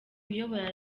uyobora